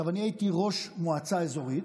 אני הייתי ראש מועצה אזורית,